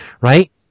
right